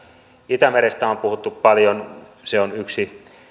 itämerestä on puhuttu paljon se on yksi saastuneimmista